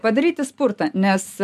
padaryti spurtą nes